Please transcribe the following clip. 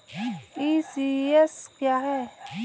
ECS क्या है?